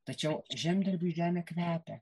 tačiau žemdirbiui žemė kvepia